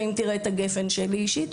ואם תראה את הגפ"ן שלי אישית,